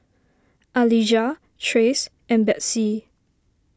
Alijah Trace and Betsey